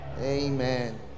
Amen